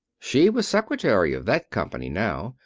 she was secretary of that company now,